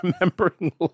remembering